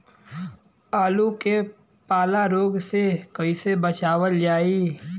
आलू के पाला रोग से कईसे बचावल जाई?